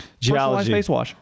Geology